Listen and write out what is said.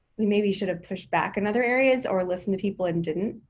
we maybe should've pushed back in other areas or listen to people and didn't.